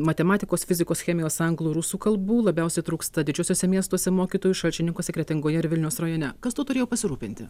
matematikos fizikos chemijos anglų rusų kalbų labiausiai trūksta didžiuosiuose miestuose mokytojų šalčininkuose kretingoje ir vilniaus rajone kas tuo turėjo pasirūpinti